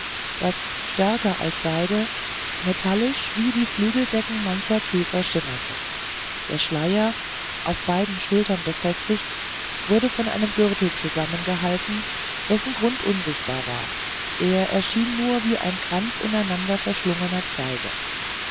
das stärker als seide metallisch wie die flügeldecken mancher käfer schimmerte der schleier auf beiden schultern befestigt wurde von einem gürtel zusammengehalten dessen grund unsichtbar war er erschien nur wie ein kranz ineinander verschlungener zweige